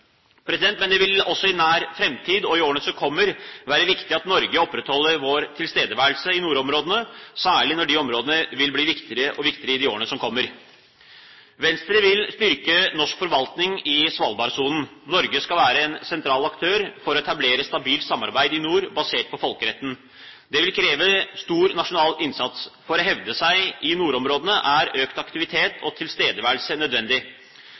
Men det vil også i nær framtid og i årene som kommer, være viktig at Norge opprettholder sin tilstedeværelse i nordområdene, særlig når de områdene vil bli viktigere og viktigere i årene som kommer. Venstre vil styrke norsk forvaltning i Svalbardsonen. Norge skal være en sentral aktør for å etablere et stabilt samarbeid i nord, basert på folkeretten. Det vil kreve stor nasjonal innsats. For å hevde seg i nordområdene er økt aktivitet og tilstedeværelse nødvendig.